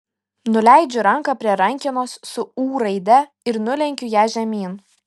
nuleidžiu ranką prie rankenos su ū raide ir nulenkiu ją žemyn